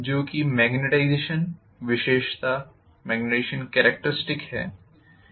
जो कि मेग्नेटाईज़ेशन विशेषता है